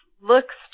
looks